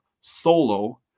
solo